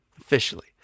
Officially